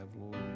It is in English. Lord